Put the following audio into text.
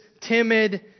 timid